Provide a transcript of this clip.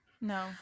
no